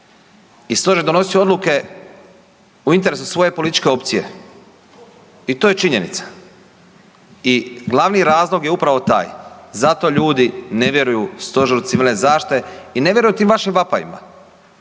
I Stožer je donosio odluke u interesu svoje političke opcije i to je činjenica. I glavni razlog je upravo taj, zato ljudi ne vjeruju Stožeru civilne zaštite i ne vjeruju tim vašim vapajima